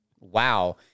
Wow